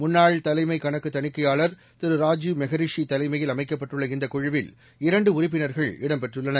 முன்னாள் தலைமைகணக்குதணிக்கையாளா் திருராஜீவ் மெகிஷிதலைமையில் அமைக்கப்பட்டுள்ள இந்தகுழுவில் இரணடு உறுப்பினர்கள் இடம்பெற்றுள்ளனர்